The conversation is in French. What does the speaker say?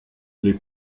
les